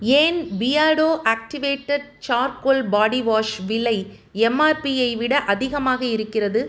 ஏன் Beardo activated charcoal body wash விலை எம்ஆர்பியை விட அதிகமாக இருக்கிறது